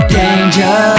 danger